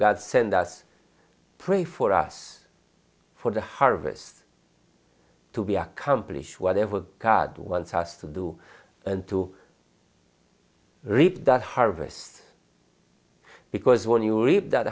god send us pray for us for the harvest to be accomplish whatever god wants us to do and to reap the harvest because when you reap that